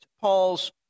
Paul's